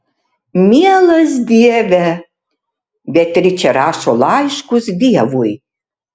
mielas dieve beatričė rašo laiškus dievui